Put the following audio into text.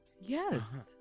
yes